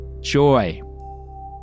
joy